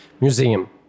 museum